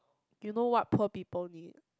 you know what poor people need